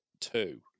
two